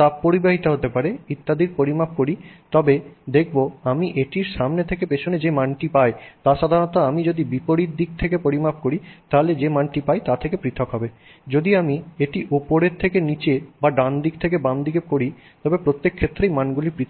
তাপ পরিবাহিতা হতে পারে ইত্যাদির পরিমাপ করি তবে দেখব আমি এটির সামনে থেকে পিছনে যে মানটি পাই তা সাধারণত আমি যদি বিপরীত দিকে পরিমাপ করলে যে মানটি পাই তা থেকে পৃথক হবে যদি আমি এটি উপরে থেকে নীচে বা ডান থেকে বামে পরিমাপ করি প্রত্যেক ক্ষেত্রেই মানগুলি পৃথক হবে